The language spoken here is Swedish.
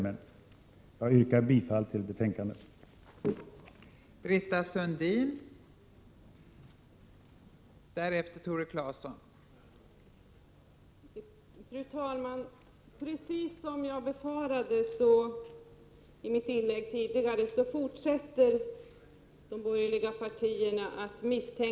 55 Jag yrkar bifall till utskottets hemställan i betänkandet.